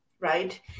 right